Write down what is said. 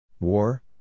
War